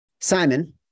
Simon